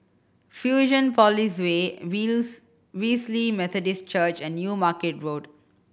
Fusionopolis Way Veiws Wesley Methodist Church and New Market Road